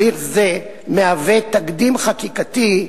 מהווה תקדים חקיקתי,